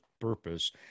purpose